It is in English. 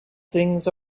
things